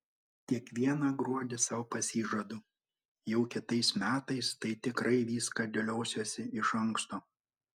kiekvieną gruodį sau pasižadu jau kitais metais tai tikrai viską dėliosiuosi iš anksto